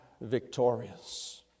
victorious